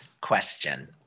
question